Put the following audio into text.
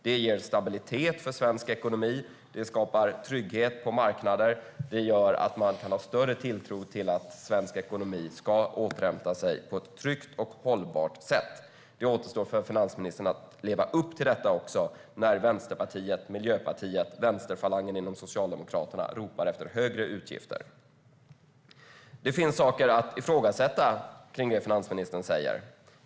Det ger stabilitet för svensk ekonomi. Det skapar trygghet på marknader och det gör att man kan ha större tilltro till att svensk ekonomi ska återhämta sig på ett tryggt och hållbart sätt. Nu återstår det för finansministern att också leva upp till detta när Vänsterpartiet, Miljöpartiet och vänsterfalangen inom Socialdemokraterna ropar efter större utgifter. Det finns saker att ifrågasätta i det som finansministern säger.